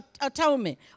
atonement